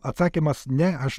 atsakymas ne aš